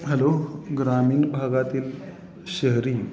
hello ग्रामीण भागातील शहरी